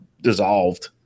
dissolved